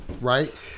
right